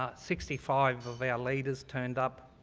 ah sixty five of our leaders turned up.